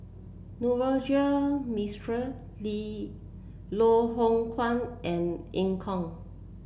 Navroji Mistri Lee Loh Hoong Kwan and Eu Kong